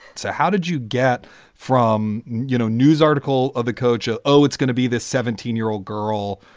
so how did you get from, you know, news article of the coach? ah oh, it's gonna be this seventeen year old girl.